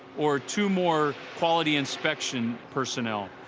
or two more quality-inspection personnel.